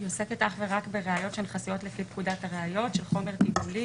היא עוסקת אך ורק בראיות שהן חסויות לפי פקודת הראיות של חומר טיפולי.